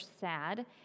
sad